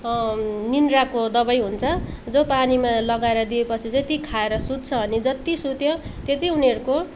निन्द्राको दवाई हुन्छ जो पानीमा लगाएर दिएपछि चाहिँ ती खाएर सुत्छ अनि जति सुत्यो त्यति उनीहरूको